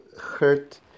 hurt